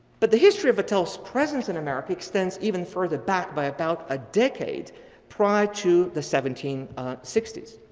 but the history of vattel's presence in america extends even further back by about a decade prior to the seventeen sixty s.